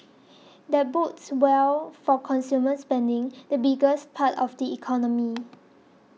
that bodes well for consumer spending the biggest part of the economy